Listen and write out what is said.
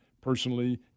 personally